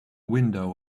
window